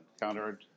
countered